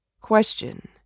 Question